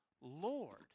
Lord